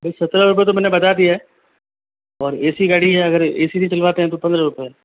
देखो सत्रह रुपये तो मैंने बता दिया है और ए सी गाड़ी है अगर ए सी नहीं चलवाते है तो पंद्रह रुपये